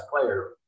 player